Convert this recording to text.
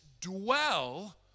dwell